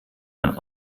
man